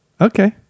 Okay